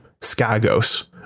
Skagos